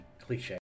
cliche